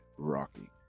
rocky